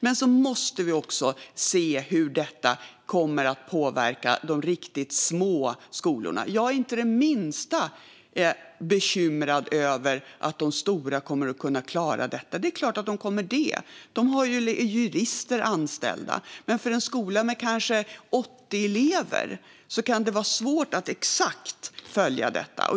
Men vi måste också se på hur detta kommer att påverka de riktigt små skolorna. Jag är inte det minsta bekymrad för att de stora inte skulle kunna klara detta. Det är klart att de kommer att göra det. De har jurister anställda. Men för en skola med kanske 80 elever kan det vara svårt att exakt följa detta.